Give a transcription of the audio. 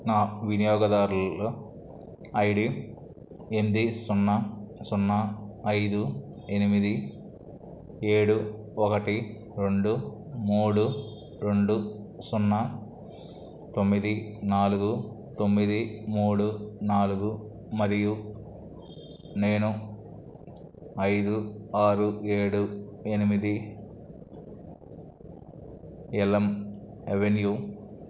నా వినియోగదారుల I D ఎనిమిది సున్నా సున్నా ఐదు ఎనిమిది ఏడు ఒకటి రెండు మూడు రెండు సున్నా తొమ్మిది నాలుగు తొమ్మిది మూడు నాలుగు మరియు నేను ఐదు ఆరు ఏడు ఎనిమిది ఎల్మ్ అవెన్యూ